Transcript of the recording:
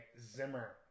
Zimmer